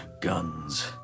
Guns